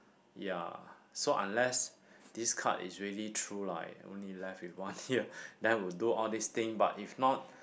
ya so unless this card is really true lah I only left with one year then I would do all these thing but if not